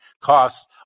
costs